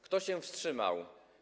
Kto się wstrzymał?